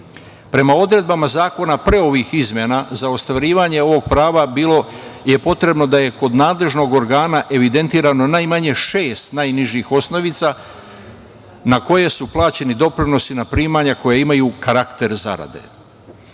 odredbama zakona pre ovih izmenama za ostvarivanje ovog prava bilo je potrebno da je kod nadležnog organa evidentirano najmanje šest najnižih osnovica na koje su plaćeni doprinosi na primanja koja imaju karakter